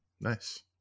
nice